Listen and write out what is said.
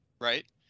Right